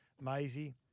Maisie